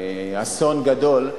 אסון גדול,